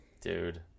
Dude